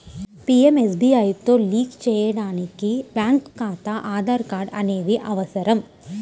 పీయంఎస్బీఐతో లింక్ చేయడానికి బ్యేంకు ఖాతా, ఆధార్ కార్డ్ అనేవి అవసరం